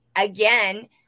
again